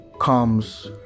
comes